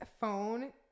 phone